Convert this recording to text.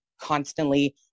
constantly